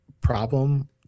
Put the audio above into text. Problem